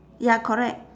ya correct